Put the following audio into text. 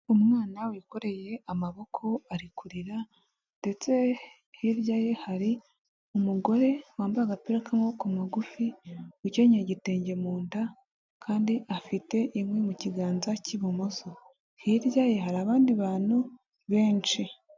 Umwana wikoreye amaboko ari kurira ndetse hirya ye hari umugore wambaye agapira k'amaboko magufi ukenyeye igitenge mu nda kandi afite inkwi mu kiganza cy'ibumoso, hirya ye hari abandi bantu benshi.